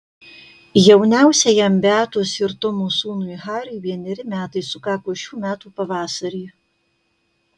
jauniausiajam beatos ir tomo sūnui hariui vieneri metai sukako šių metų pavasarį